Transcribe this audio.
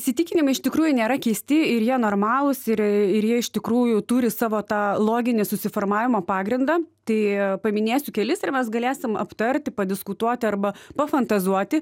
įsitikinimai iš tikrųjų nėra keisti ir jie normalūs ir ir jie iš tikrųjų turi savo tą loginį susiformavimo pagrindą tai paminėsiu kelis ir mes galėsim aptarti padiskutuoti arba pafantazuoti